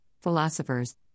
philosophers